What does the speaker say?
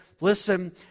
listen